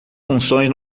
funções